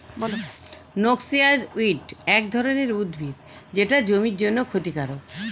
noxious weed এক ধরনের উদ্ভিদ যেটা জমির জন্যে ক্ষতিকারক